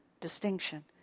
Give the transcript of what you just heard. distinction